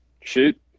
Shoot